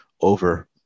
over